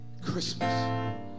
Christmas